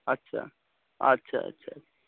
अच्छा अच्छा अच्छा